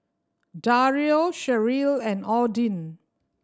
Dario Cherrelle and Odin